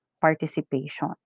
participation